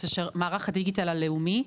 שמערך הדיגיטל הלאומי,